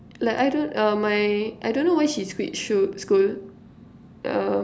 like I don't um my I don't know why she switch school school um